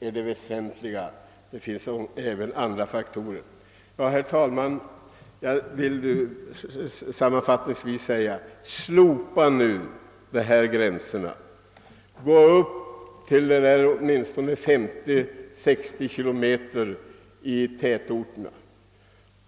är det väsentliga — det finns även andra faktorer. Herr talman! Jag vill sammanfattningsvis säga: Slopa nu dessa fartgränser! Gå upp till åtminstone 50—60 km i tätorterna!